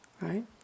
right